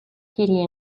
kitty